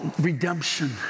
redemption